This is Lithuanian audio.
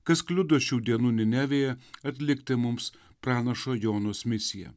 kas kliudo šių dienų ninevėje atlikti mums pranašo jonos misiją